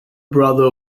brother